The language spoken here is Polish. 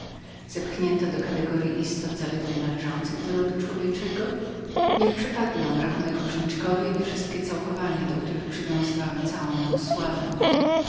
zepchnięto do kategoryi istot zaledwie należących do rodu człowieczego niech przepadną rachunek różniczkowy i wszystkie zagadnienia do których przywiązywałem całą moją sławę